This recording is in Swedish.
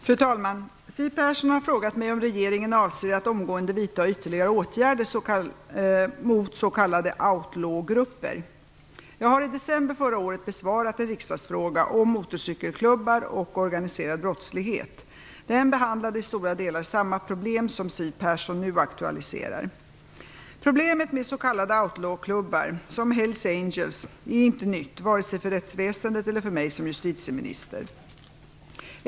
Fru talman! Siw Persson har frågat mig om regeringen avser att omgående vidta ytterligare åtgärder mot s.k. out-law-klubbar. Jag har i december förra året besvarat en riksdagsfråga om motorcykelklubbar och organiserad brottslighet. Den behandlade i stora delar samma problem som Siw Persson nu aktualiserar. Angels, är inte nytt vare sig för rättsväsendet eller för mig som justitieminister.